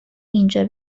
اینجا